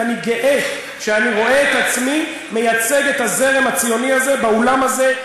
ואני גאה שאני רואה את עצמי מייצג את הזרם הציוני הזה באולם הזה,